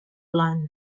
lund